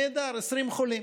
נהדר, 20 חולים.